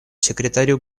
секретарю